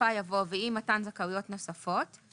בסופה יבוא "ואי מתן זכאויות נוספות";